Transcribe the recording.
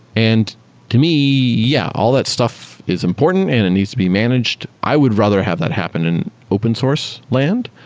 and to me, yeah, all that stuff is important and it needs to be managed. i would rather have that happen in open source land,